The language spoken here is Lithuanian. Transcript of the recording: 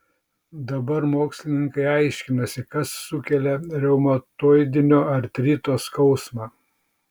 dabar mokslininkai aiškinasi kas sukelia reumatoidinio artrito skausmą